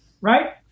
Right